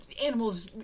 animals